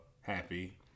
happy